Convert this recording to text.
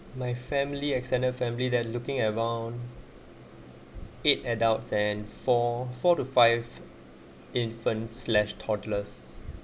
my family extended family they're looking at around eight adults and for four to five infant slash toddlers